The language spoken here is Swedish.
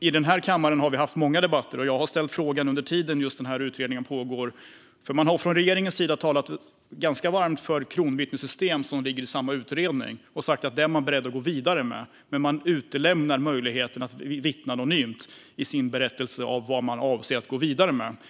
I den här kammaren har vi haft många debatter, och jag har under tiden utredningen har pågått ställt frågor. Från regeringens sida har man varmt talat för ett kronvittnessystem, som finns med i samma utredning. Där är man beredd att gå vidare, men man utelämnar möjligheten att vittna anonymt i sin berättelse av vad man avser att gå vidare med.